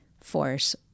Force